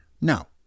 now